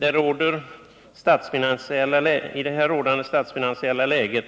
Det rådande statsfinansiella läget medger